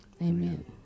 Amen